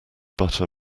butter